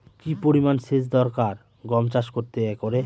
কি পরিমান সেচ দরকার গম চাষ করতে একরে?